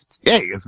Hey